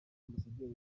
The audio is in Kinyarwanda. ambasaderi